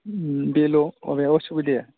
बेल' माबाया उसुबिदाया